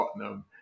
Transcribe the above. Tottenham